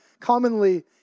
commonly